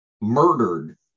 murdered